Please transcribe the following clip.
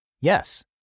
Yes